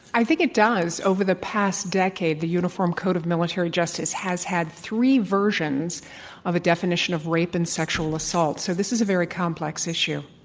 i think it does. over the past decade, the uniform code of military justice has had three versions of a definition of rape and sexual assault. so, this is a very complex issue.